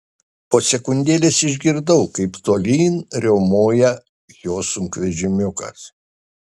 po sekundėlės išgirdau kaip tolyn riaumoja jo sunkvežimiukas